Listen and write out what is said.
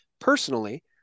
personally